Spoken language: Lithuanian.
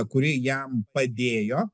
kuri jam padėjo